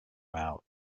out